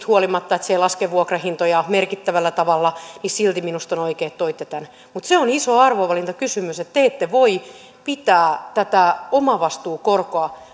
huolimatta että se ei laske vuokrahintoja merkittävällä tavalla on minusta silti oikein että toitte tämän mutta se on iso arvovalintakysymys että te ette voi pitää tätä omavastuukorkoa